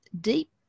deep